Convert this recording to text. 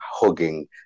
Hugging